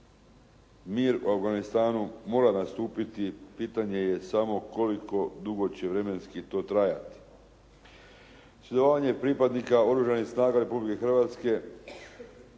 mir u Afganistanu mora nastupiti, pitanje je samo koliko dugo će vremenski to trajati. Sudjelovanje pripadnika Oružanih snaga Republike Hrvatske